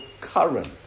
current